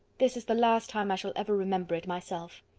this is the last time i shall ever remember it myself.